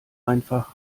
einfach